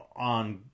on